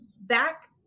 back